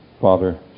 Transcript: Father